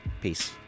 Peace